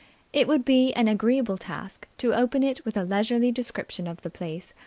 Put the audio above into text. it would be an agreeable task to open it with a leisurely description of the place,